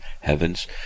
heavens